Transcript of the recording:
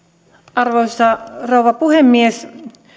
arvoisa rouva puhemies